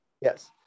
Yes